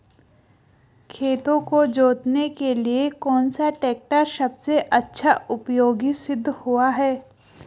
खेतों को जोतने के लिए कौन सा टैक्टर सबसे अच्छा उपयोगी सिद्ध हुआ है?